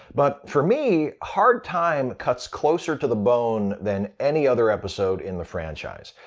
but for me, hard time cuts closer to the bone than any other episode in the franchise.